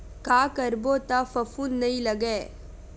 का करबो त फफूंद नहीं लगय?